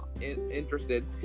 interested